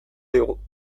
digu